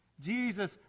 Jesus